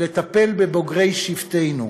לטפל בבוגרי שבטנו.